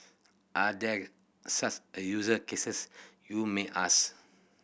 are there such a use cases you may ask